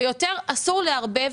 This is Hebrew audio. ויותר אסור לערבב,